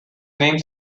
name